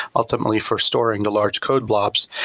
ultimately for storing the large code blobs.